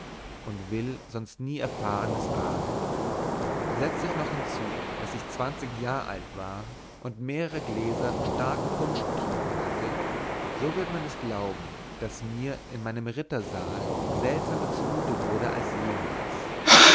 und will sonst nie erfahrnes ahnen setze ich nun noch hinzu daß ich zwanzig jahr alt war und mehrere gläser starken punsch getrunken hatte so wird man es glauben daß mir in meinem rittersaal seltsamer zumute wurde als jemals